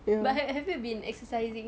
but ha~ have you been exercising